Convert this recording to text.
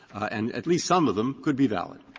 and at least some of them could be valid.